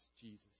Jesus